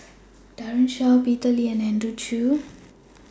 Daren Shiau Peter Lee and Andrew Chew